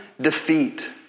defeat